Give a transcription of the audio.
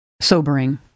sobering